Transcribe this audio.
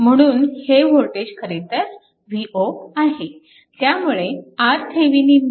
म्हणून हे वोल्टेज खरेतर v0 आहे